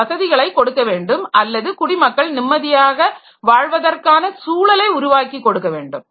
இது வசதிகளை கொடுக்க வேண்டும் அல்லது குடிமக்கள் நிம்மதியாக வாழ்வதற்கான சூழலை உருவாக்கிக் கொடுக்க வேண்டும்